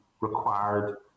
required